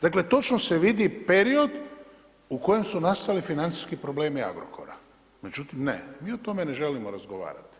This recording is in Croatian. Dakle točno se vidi period u koje su nastali financijski problemi Agrokora, međutim ne mi o tome ne želimo razgovarati.